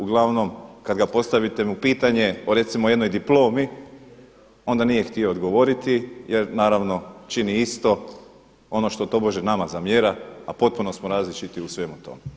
Uglavnom kada mu postavite pitanje recimo o jednoj diplomi onda nije htio odgovoriti jer naravno čini isto ono što tobože nama zamjera, a potpuno smo različiti u svemu tome.